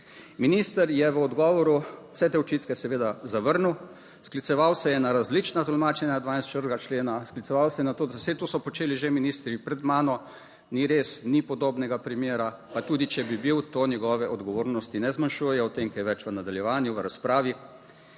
Minister je v odgovoru vse te očitke seveda zavrnil. Skliceval se je na različna tolmačenja, 42. člena(?). Skliceval se je na to da, saj to so počeli že ministri pred mano. Ni res, ni podobnega primera, pa tudi če bi bil to, njegove odgovornosti ne zmanjšujejo o tem kaj več v nadaljevanju v razpravi.